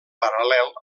paral·lel